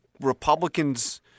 Republicans